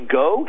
go